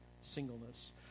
singleness